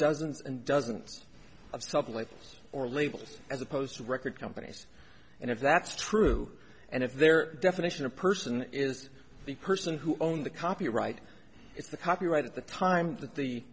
dozens and dozens of something like us or labels as opposed to record companies and if that's true and if their definition of person is the person who owns the copyright it's the copyright at the time that the